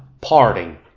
parting